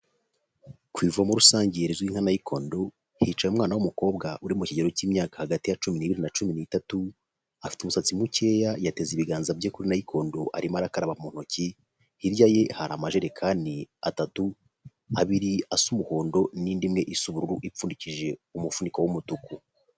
Ku ivuomo rusange izwi nka Nayikondo hicaye umwana w'umukobwa uri mu kigero cy'imyaka hagati ya cumi n'ibiri na cumi n'itatu afite umusatsi mukeya yateze ibiganza bye kuri Nayikondo arimo arakaraba mu ntoki hirya ye hari amajerekani atatu abiri asa umuhondo n'indi imwe isa ubururu ipfundikije umufuniko w'umutuku.